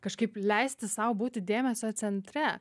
kažkaip leisti sau būti dėmesio centre